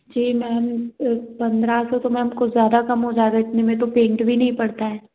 जी ma'am वो पन्द्रह सौ तो मैम कुछ ज़्यादा कम हो जाएगा इतने में तो पेंट भी नहीं पड़ता है